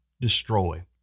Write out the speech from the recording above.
destroy